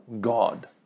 God